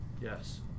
Yes